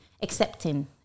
accepting